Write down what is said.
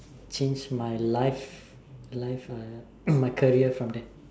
change my life life ah my career from there